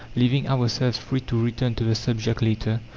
leaving ourselves free to return to the subject later,